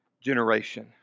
generation